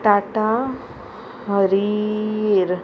Tata हरीर